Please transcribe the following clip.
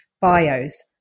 bios